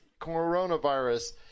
coronavirus